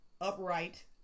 upright